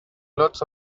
lots